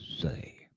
say